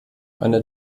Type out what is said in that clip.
eine